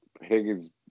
higgins